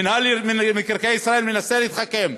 מינהל מקרקעי ישראל התחכם,